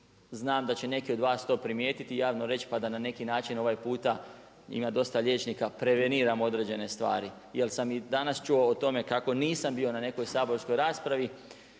znam da će neki od vas to primijetiti i javno reći pa da na neki način ovaj puta, ima dosta liječnika, preveniram određene stvari. Jer sam i danas čuo o tome kako nisam bio na nekoj saborskoj raspravi,